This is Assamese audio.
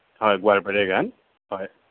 হয় গোৱালপৰীয়া গান হয়